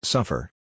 Suffer